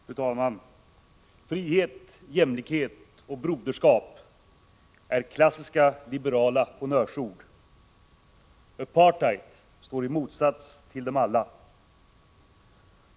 Fru talman! Frihet, jämlikhet och broderskap är klassiska liberala honnörsord. Apartheid står i motsats till dem alla.